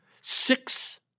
six